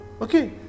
okay